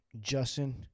Justin